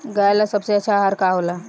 गाय ला सबसे अच्छा आहार का होला?